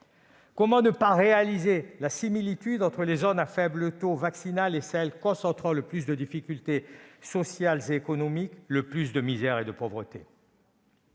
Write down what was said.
Comment ne pas voir la similitude entre les zones à faible taux vaccinal et celles concentrant le plus de difficultés sociales et économiques et le plus de misère et de pauvreté ?